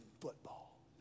football